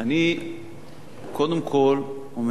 אני קודם כול אומר,